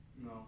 No